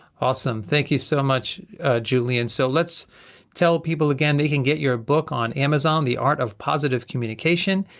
awesome, thank you so much julien. so let's tell people again, they can get your book on amazon, the art of positive communication,